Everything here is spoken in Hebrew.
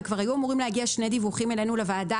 וכבר היו אמורים להגיע שני דיווחים אלינו לוועדה,